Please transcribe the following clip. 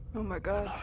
oh my god.